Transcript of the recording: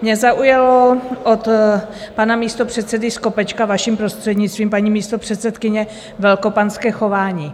Mě zaujalo od pana místopředsedy Skopečka, vaším prostřednictvím, paní místopředsedkyně, velkopanské chování.